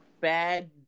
bad